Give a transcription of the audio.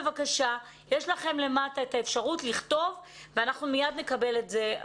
יש לכם למטה את האפשרות לכתוב ואנחנו מייד נקבל את זה.